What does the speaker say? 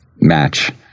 match